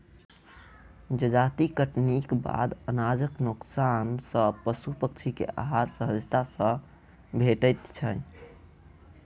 जजाति कटनीक बाद अनाजक नोकसान सॅ पशु पक्षी के आहार सहजता सॅ भेटैत छै